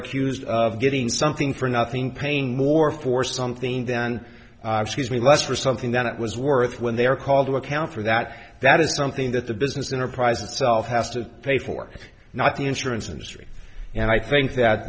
accused of getting something for nothing paying more for something then be less for something than it was worth when they are called to account for that that is something that the business enterprise itself has to pay for not the insurance industry and i think that